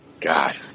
God